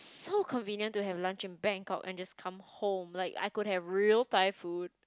so convenient to have lunch in Bangkok and just come home like I could have real Thai food